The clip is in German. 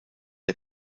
der